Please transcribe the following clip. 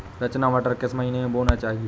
रचना मटर किस महीना में बोना चाहिए?